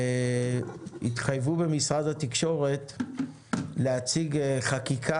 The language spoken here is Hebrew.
התחייבו במשרד התקשורת להציג חקיקה